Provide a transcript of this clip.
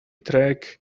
track